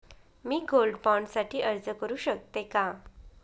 मी gold bond साठी अर्ज करु शकते का?